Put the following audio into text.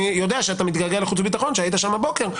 אני יודע שאתה מגעגע לחוץ וביטחון שהיית שם הבוקר.